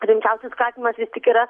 rimčiausias kaltinimas vis tik yra